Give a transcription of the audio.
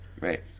Right